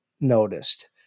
noticed